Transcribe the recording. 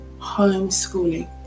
homeschooling